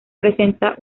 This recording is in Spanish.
presenta